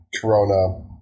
Corona